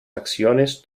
acciones